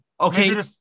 Okay